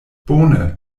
bone